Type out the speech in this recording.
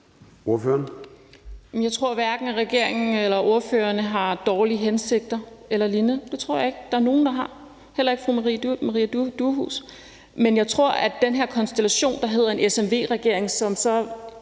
Jeg tror hverken at regeringen eller ordførerne har dårlige hensigter eller lignende. Det tror jeg ikke der er nogen der har, heller ikke fru Maria Durhuus. Men jeg tror, at fordi man i den her konstellation, der hedder en S-SF-RV-regering, som var